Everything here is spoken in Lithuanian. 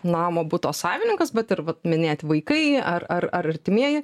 namo buto savininkas bet ir minėti vaikai ar ar ar artimieji